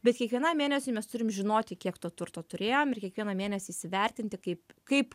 bet kiekvienam mėnesiui mes turim žinoti kiek to turto turėjom kiekvieną mėnesį įsivertinti kaip kaip